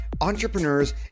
entrepreneurs